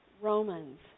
Romans